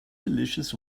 delicious